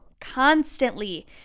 constantly